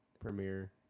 premiere